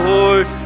Lord